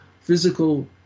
physical